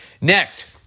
Next